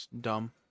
dumb